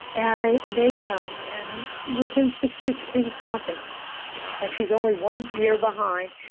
and i made some, and within six weeks she was talking and she's only one year behind.